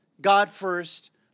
God-first